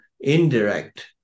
indirect